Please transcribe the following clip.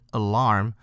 alarm